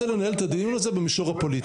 הוא לא רוצה לנהל את הדיון הזה במישור הפוליטי,